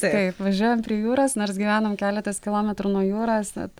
taip važiuojam prie jūros nors gyvenam keletas kilometrų nuo jūros bet